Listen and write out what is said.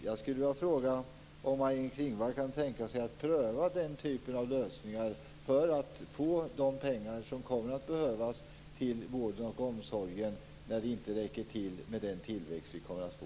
Jag skulle vilja fråga om Maj-Inger Klingvall kan tänka sig att pröva den typen av lösningar för att få de pengar som kommer att behövas till vården och omsorgen när det inte räcker med den tillväxt vi kommer att få.